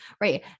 right